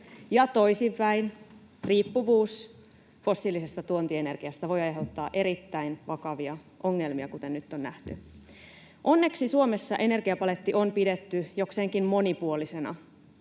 toisinpäin, riippuvuus fossiilisesta tuontienergiasta voi aiheuttaa erittäin vakavia ongelmia, kuten nyt on nähty. Onneksi Suomessa energiapaletti on pidetty jokseenkin monipuolisena.